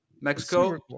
Mexico